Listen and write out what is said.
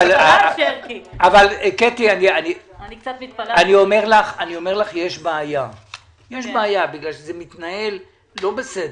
אני אומר לך שיש בעיה בגלל שזה מתנהל לא בסדר.